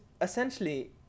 essentially